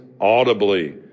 audibly